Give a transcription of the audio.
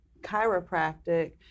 chiropractic